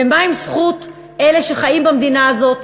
ומה עם זכות אלה שחיים במדינה הזאת?